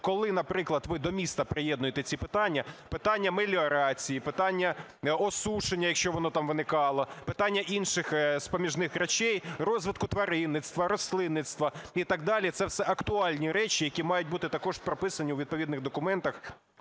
коли, наприклад, ви до міста приєднуєте ці питання – питання меліорації, питання осушення, якщо воно там виникало, питання інших поміжних речей, розвитку тваринництва, рослинництва і так далі – це все актуальні речі, які мають бути також прописані у відповідних документах